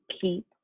keep